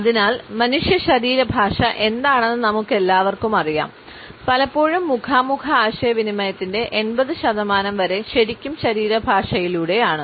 അതിനാൽ മനുഷ്യ ശരീരഭാഷ എന്താണെന്ന് നമുക്കെല്ലാവർക്കും അറിയാം പലപ്പോഴും മുഖാമുഖ ആശയവിനിമയത്തിന്റെ 80 ശതമാനം വരെ ശരിക്കും ശരീരഭാഷയിലൂടെയാണ്